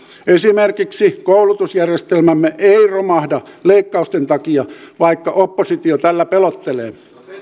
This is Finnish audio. esimerkiksi koulutusjärjestelmämme ei romahda leikkausten takia vaikka oppositio tällä pelottelee